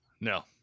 No